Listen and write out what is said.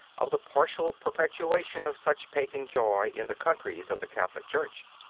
of the partial perpetuation of such pagan joy in the countries of the catholic church.